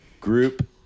group